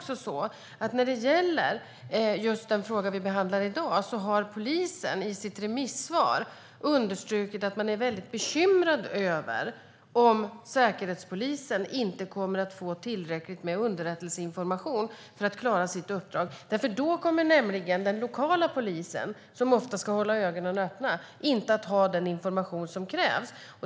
När det gäller just den fråga vi nu behandlar har polisen i sitt remissvar understrukit att man är bekymrad över att säkerhetspolisen inte kommer att få tillräckligt med underrättelseinformation för att klara sitt uppdrag. Då kommer den lokala polisen, som ofta ska hålla ögonen öppna, nämligen inte att ha den information som krävs.